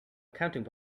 accounting